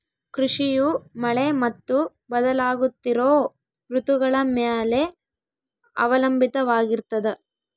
ಕೃಷಿಯು ಮಳೆ ಮತ್ತು ಬದಲಾಗುತ್ತಿರೋ ಋತುಗಳ ಮ್ಯಾಲೆ ಅವಲಂಬಿತವಾಗಿರ್ತದ